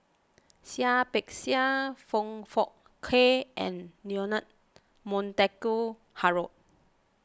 Seah Peck Seah Foong Fook Kay and Leonard Montague Harrod